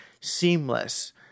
seamless